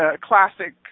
classic